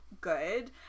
good